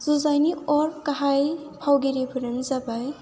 जुजाइनि अर गाहाय फावगिरिफोरानो जाबाय